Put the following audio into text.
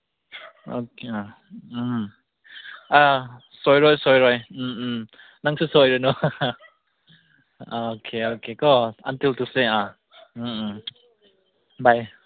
okay um um ah ꯁꯣꯏꯔꯣꯏ ꯁꯣꯏꯔꯣꯏ um um ꯅꯪꯁꯨ ꯁꯣꯏꯔꯅꯨ ꯑꯣꯀꯦ ꯑꯣꯀꯦꯀꯣ ꯑꯗꯨꯇꯧꯁꯦ ꯑꯥ ꯎꯝ ꯎꯝ ꯕꯥꯏ